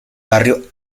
barrio